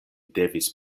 devis